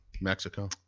Mexico